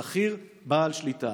שכיר בעל שליטה.